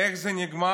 איך זה נגמר?